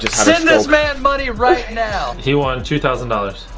send this man money right now. he won two thousand dollars.